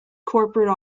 corporate